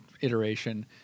iteration